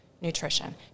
nutrition